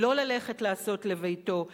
ולא ללכת לעשות לביתו,